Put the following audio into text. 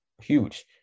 huge